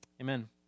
Amen